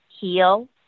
heal